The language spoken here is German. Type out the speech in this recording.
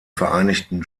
vereinigten